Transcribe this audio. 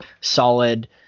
solid